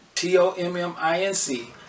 T-O-M-M-I-N-C